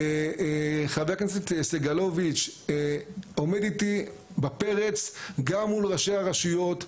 חה"כ סגלוביץ' עומד אתי בפרץ גם מול ראשי הרשויות,